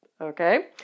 Okay